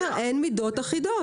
אתה אומר שאין מידות אחידות.